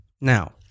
Now